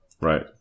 right